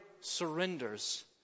surrenders